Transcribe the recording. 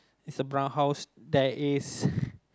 is a brown house there is